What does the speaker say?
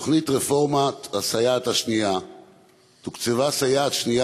החינוך מאיר פרוש להשיב על שאילתה דחופה שמספרה 236,